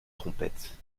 trompette